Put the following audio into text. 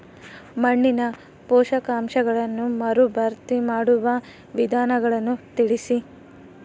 ಮಣ್ಣಿನ ಪೋಷಕಾಂಶಗಳನ್ನು ಮರುಭರ್ತಿ ಮಾಡುವ ವಿಧಾನಗಳನ್ನು ತಿಳಿಸಿ?